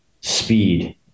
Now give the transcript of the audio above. speed